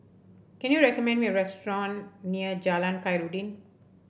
can you recommend me a restaurant near Jalan Khairuddin